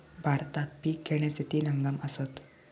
भारतात पिक घेण्याचे तीन हंगाम आसत